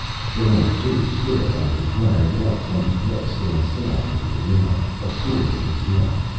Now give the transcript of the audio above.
barrent two stood under glaring lights on the blood-stained sands of the arena, a sword in his hand.